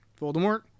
Voldemort